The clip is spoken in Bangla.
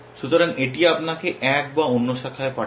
সুতরাং এটি আপনাকে এক বা অন্য শাখায় পাঠায়